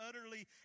utterly